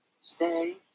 stay